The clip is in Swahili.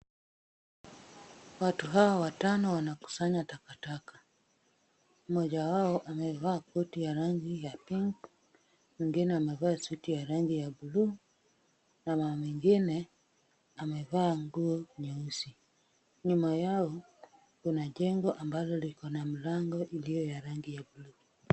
Watu hawa watano wanakusanya takataka. Mmoja wao amevaa koti ya rangi ya pink , mwingine amevaa suti ya rangi ya buluu, na mama mwingine amevaa nguo nyeusi. Nyuma yao kuna jengo ambalo liko na mlango iliyo ya rangi buluu.